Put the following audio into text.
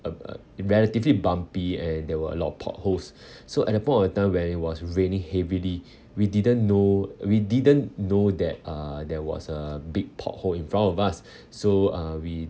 uh a relatively bumpy and there were a lot of potholes so at that point of time when it was raining heavily we didn't know we didn't know that uh there was a big pothole in front of us so uh we